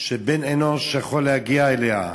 שבן-אנוש יכול להגיע אליה",